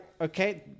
Okay